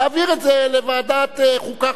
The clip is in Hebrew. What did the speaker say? להעביר את זה לוועדת החוקה,